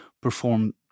perform